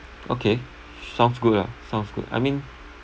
okay sounds good ah sounds good I mean